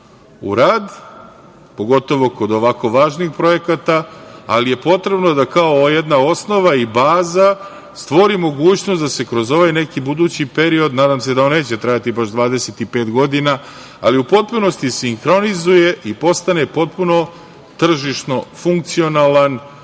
u rad, pogotovo kod ovako važnih projekata, ali je potrebno da kao jedna osnova i baza stvori mogućnost da se kroz ovaj neki budući period, nadam se da on neće trajati baš 25 godina, ali u potpunosti sinhronizuje i postane potpuno tržišno funkcionalan